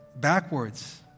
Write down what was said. backwards